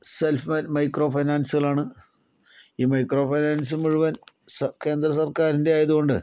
self micro ഫൈനാൻസുകളാണ് ഈ micro finance മുഴുവൻ സർക്കാർ കേന്ദ്രസർക്കാരിന്റെ ആയതുകൊണ്ട്